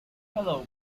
hello